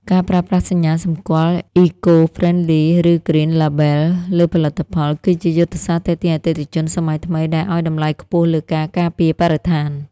ការប្រើប្រាស់សញ្ញាសម្គាល់ "Eco-Friendly" ឬ "Green Label" លើផលិតផល គឺជាយុទ្ធសាស្ត្រទាក់ទាញអតិថិជនសម័យថ្មីដែលឱ្យតម្លៃខ្ពស់លើការការពារបរិស្ថាន។